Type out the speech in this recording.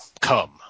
Come